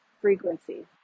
frequency